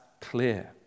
clear